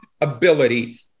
ability